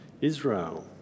Israel